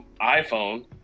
iPhone